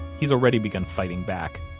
he's already begun fighting back.